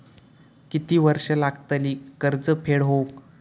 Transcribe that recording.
किती वर्षे लागतली कर्ज फेड होऊक?